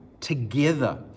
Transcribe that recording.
Together